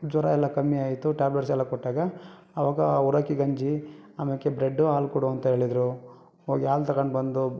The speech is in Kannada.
ಜ್ವರ ಎಲ್ಲ ಕಮ್ಮಿ ಆಯಿತು ಟ್ಯಾಬ್ಲೇಟ್ಸೆಲ್ಲ ಕೊಟ್ಟಾಗ ಆವಾಗ ಊರಕ್ಕಿ ಗಂಜಿ ಆಮ್ಯಾಕೆ ಬ್ರೆಡ್ ಹಾಲು ಕೊಡು ಅಂಥೇಳಿದ್ರು ಹೋಗಿ ಹಾಲು ತಗೊಂಡು ಬಂದು